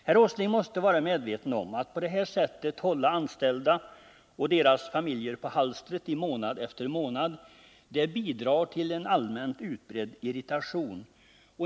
Herr Åsling måste vara medveten om att det här sättet att hålla anställda och deras familjer på halstret i månad efter månad bidrar till en allmänt utbredd irritation.